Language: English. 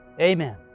Amen